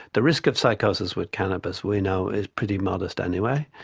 the risk of psychosis with cannabis we know is pretty modest anyway.